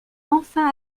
enfin